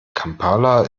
kampala